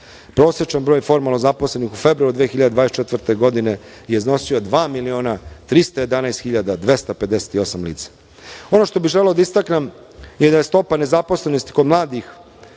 Prosečan broj formalno zaposlenih u februaru 2024. godine je iznosio 2.311.258,00 lica. Ono što bih želeo da istaknem i da je stopa nezaposlenosti kod mladih